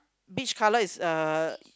beach colour is a